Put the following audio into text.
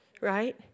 Right